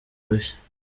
rushya